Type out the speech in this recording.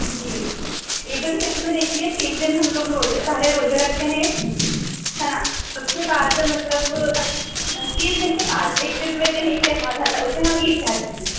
जी ईद उल फित्र में देखिए तीस दिन हम लोग रोज पहले रोज़े रखते हैं है ना उसके बाद मतलब तीस दिन के बाद इकतीसवें दिन एक त्योहार रहता उसे हम ईद कहते हें